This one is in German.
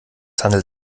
handelt